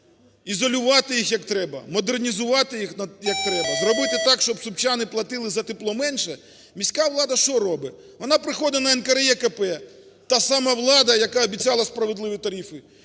ізолювати їх як треба, модернізувати їх як треба зробити так, щоб сумчани платили за тепло менше. Міська влада, що робить? Вона приходить на НКРЕКП – та сама влада, яка обіцяла справедливі тарифи